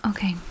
Okay